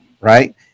right